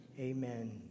Amen